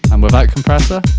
um without compressor,